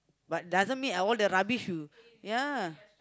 but doesn't mean all the rubbish you ya